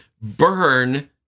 burn